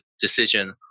decision